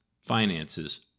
Finances